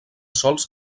sols